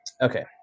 Okay